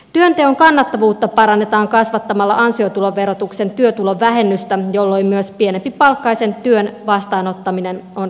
työnteon kannattavuutta parannetaan kasvattamalla ansiotuloverotuksen työtulovähennystä jolloin myös pienempipalkkaisen työn vastaanottaminen on kannattavampaa